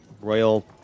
royal